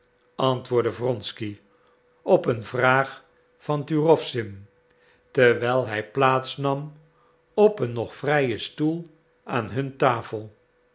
antwoordde wronsky op een vraag van turowzin terwijl hij plaats nam op een nog vrijen stoel aan hun tafel